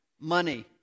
money